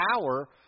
power